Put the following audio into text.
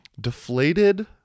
deflated